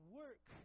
work